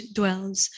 dwells